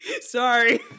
Sorry